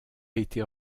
été